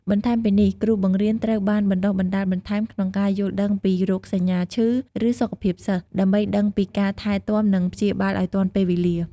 បន្ថែមពីនេះ គ្រូបង្រៀនត្រូវបានបណ្ដុះបណ្ដាលបន្ថែមក្នុងការយល់ដឹងពីរោគសញ្ញាឈឺ ឬសុខភាពសិស្ស ដើម្បីដឹងពីការថែទាំនិងព្យាបាលឲ្យទាន់ពេលវេលា។